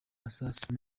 masasu